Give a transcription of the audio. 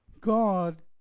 God